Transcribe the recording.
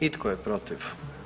I tko je protiv?